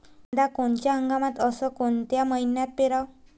कांद्या कोनच्या हंगामात अस कोनच्या मईन्यात पेरावं?